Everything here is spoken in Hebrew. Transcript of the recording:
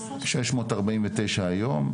שש מאות ארבעים ותשעה היום,